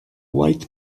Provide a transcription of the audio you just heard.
white